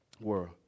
world